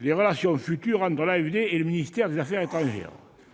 les relations futures entre l'AFD et le ministère de l'Europe et des affaires étrangères.